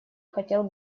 хотел